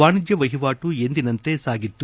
ವಾಣಿಜ್ದ ವಹಿವಾಟು ಎಂದಿನಂತೆ ಸಾಗಿತ್ತು